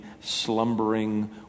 slumbering